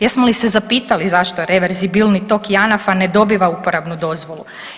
Jesmo li se zapitali zašto reverzibilni tok Janafa ne dobiva uporabnu dozvolu?